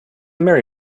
merry